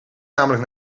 namelijk